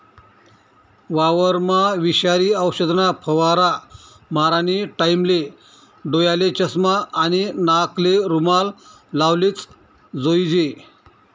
वावरमा विषारी औषधना फवारा मारानी टाईमले डोयाले चष्मा आणि नाकले रुमाल लावलेच जोईजे